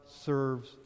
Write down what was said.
serves